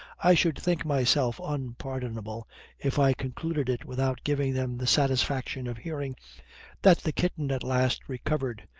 i should think myself unpardonable if i concluded it without giving them the satisfaction of hearing that the kitten at last recovered,